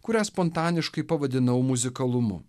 kurią spontaniškai pavadinau muzikalumu